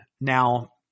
Now